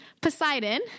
Poseidon